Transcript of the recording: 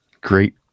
Great